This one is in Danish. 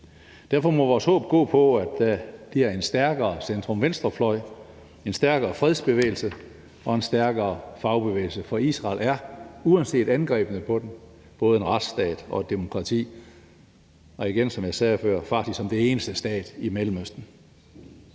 Derfor må vores håb gå på en stærkere centrum-venstre-fløj, en stærkere frihedsbevægelse og en stærkere fagbevægelse, for Israel er, uanset angrebene på dem, både en retsstat og et demokrati – faktisk, som jeg sagde før, som den eneste stat i Mellemøsten.